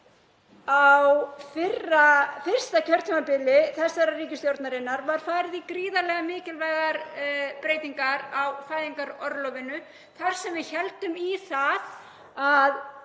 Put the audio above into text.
Á fyrsta kjörtímabili þessarar ríkisstjórnarinnar var farið í gríðarlega mikilvægar breytingar á fæðingarorlofinu þar sem við héldum í það að